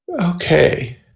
Okay